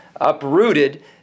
uprooted